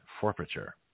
forfeiture